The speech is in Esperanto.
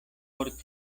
por